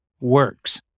works